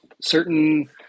Certain